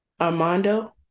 Armando